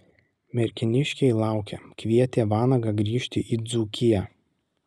merkiniškiai laukia kvietė vanagą grįžti į dzūkiją